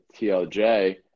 TLJ